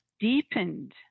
deepened